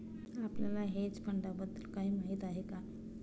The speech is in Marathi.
आपल्याला हेज फंडांबद्दल काही माहित आहे का?